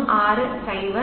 1 0